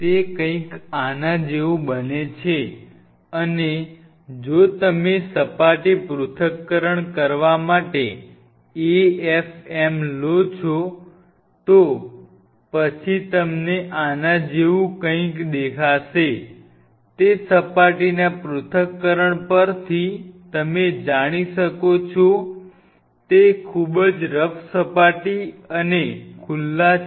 તે કંઈક આના જેવું બને છે અને જો તમે સપાટી પૃથક્કરણ કરવા માટે AFM લો છો તો પછી તમને આના જેવું કંઈક દેખાશે તે સપાટીના પૃથક્કરણ પરથી તમે જાણી શકો છો તે ખૂબ જ રફ સપાટી અને ખુલ્લા છે